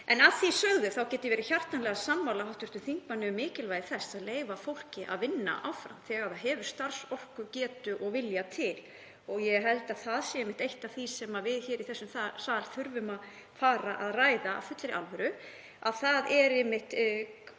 Að því sögðu get ég verið hjartanlega sammála hv. þingmanni um mikilvægi þess að leyfa fólki að vinna áfram þegar það hefur starfsorku, getu og vilja til. Ég held að eitt af því sem við hér í þessum sal þurfum að fara að ræða af fullri alvöru sé einmitt